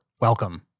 welcome